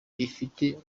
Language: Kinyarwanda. rifite